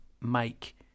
make